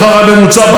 לשיא של כל הזמנים,